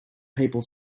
people